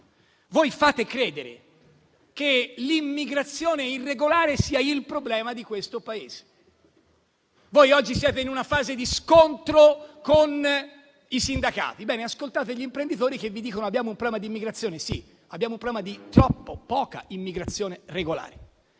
Voi fate credere che l'immigrazione irregolare sia il problema di questo Paese. Voi oggi siete in una fase di scontro con i sindacati; bene, ascoltate gli imprenditori che vi dicono che abbiamo un problema di immigrazione, sì, ma abbiamo un problema di scarsa immigrazione regolare.